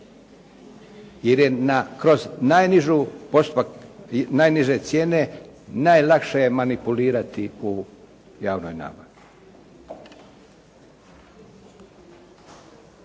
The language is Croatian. jer je na, kroz najnižu, postupak najniže cijene najlakše je manipulirati u javnoj nabavi.